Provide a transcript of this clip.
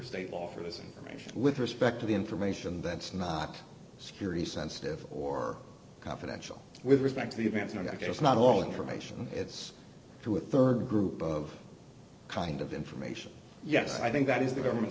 state law for this information with respect to the information that's not security sensitive or confidential with respect to the events now that it was not all information it's to a rd group of kind of information yes i think that is the government's